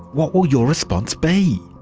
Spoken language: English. what will your response be?